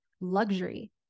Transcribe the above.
luxury